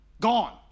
Gone